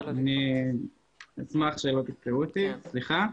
אני אשמח שלא תקטעו אותי, סליחה.